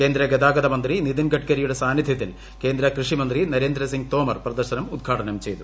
കേന്ദ്ര ഗതാഗതമന്ത്രി നിതിൻ ഗഡ്കരിയുടെ സാന്നിധൃത്തിൽ കേന്ദ്ര കൃഷിമന്ത്രി നരേന്ദ്രസിംഗ് തോമർ പ്രദർശനം ഉദ്ഘാടനം ചെയ്തു